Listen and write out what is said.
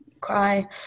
cry